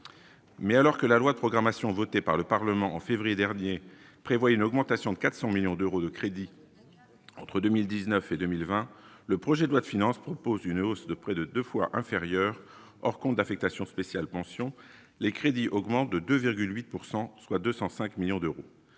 Mais alors que la loi de programmation votée par le Parlement en février dernier, prévoit une augmentation de 400 millions d'euros de crédits entre 2000 19 et 2020, le projet de loi de finances propose une hausse de près de 2 fois inférieur, or compte d'affectation spéciale Pensions les crédits augmentent de 2 8 pourcent soit 205 millions d'euros,